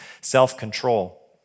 self-control